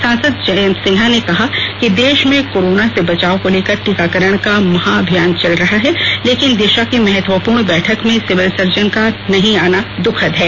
सांसद जयंत सिन्हा ने कहा कि देश में कोरोना से बचाव को लेकर टीकाकरण का महाअभियान चेल रहा है लेकिन दिशा की महत्वपूर्ण बैठक में सिविल सर्जन का नहीं आना दुखद है